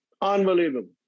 unbelievable